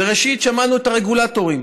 ראשית, שמענו את הרגולטורים.